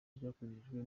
byakoreshejwe